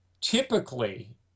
Typically